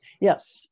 Yes